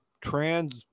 trans